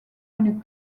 une